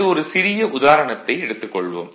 அடுத்து ஒரு சிறிய உதாரணத்தை எடுத்துக் கொள்வோம்